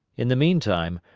in the meantime,